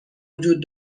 وجود